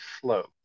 slow